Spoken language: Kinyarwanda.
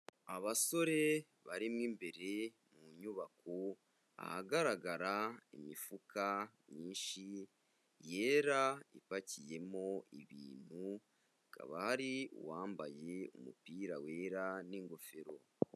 Abasore bari mo imbere mu nyubako, ahagaragara imifuka myinshi yera ipakiyemo ibintu, hakaba hari uwambaye umupira wera n'ingofero.